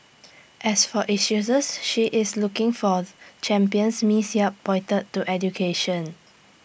as for issues she is looking for champions miss yap pointed to education